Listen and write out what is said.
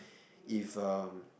if uh